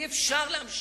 אי-אפשר לבזות את הכנסת,